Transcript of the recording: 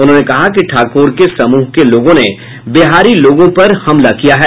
उन्होंने कहा कि ठाकोर के समूह के लोगों ने बिहारी लोगों पर हमला किया है